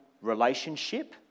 relationship